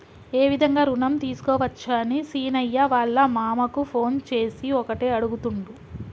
ఏ విధంగా రుణం తీసుకోవచ్చని సీనయ్య వాళ్ళ మామ కు ఫోన్ చేసి ఒకటే అడుగుతుండు